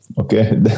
Okay